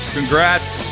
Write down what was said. Congrats